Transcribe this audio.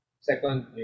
Second